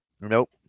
Nope